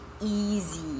easy